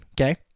okay